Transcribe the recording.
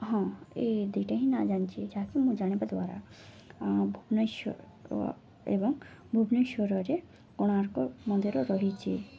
ହଁ ଏ ଦୁଇଟା ହିଁ ନାଁ ଜାଣିଛି ଯାହାକି ମୁଁ ଜାଣିବା ଦ୍ୱାରା ଭୁବନେଶ୍ୱର ଏବଂ ଭୁବନେଶ୍ୱରରେ କୋଣାର୍କ ମନ୍ଦିର ରହିଛି